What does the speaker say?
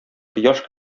кояш